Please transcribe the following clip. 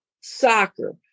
soccer